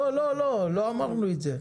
לא אמרנו את זה,